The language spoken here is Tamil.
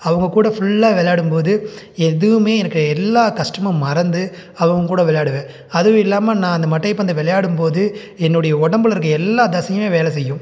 அவங்கள்கூட ஃபுல்லாக விளையாடும்போது எதுவுமே எனக்கு எல்லா கஷ்டமும் மறந்து அவங்கக்கூட விளையாடுவேன் அதுவும் இல்லாமல் நான் அந்த மட்டைப்பந்தை விளையாடும்போது என்னுடைய உடம்புல இருக்க எல்லா தசையுமே வேலை செய்யும்